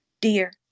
dear